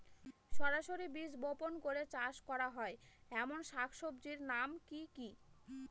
সরাসরি বীজ বপন করে চাষ করা হয় এমন শাকসবজির নাম কি কী?